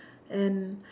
and